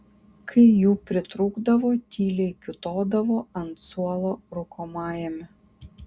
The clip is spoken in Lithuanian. kai jų pritrūkdavo tyliai kiūtodavo ant suolo rūkomajame